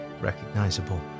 recognizable